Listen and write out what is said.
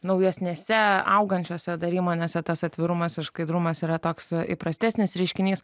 naujesnėse augančiose dar įmonėse tas atvirumas ir skaidrumas yra toks įprastesnis reiškinys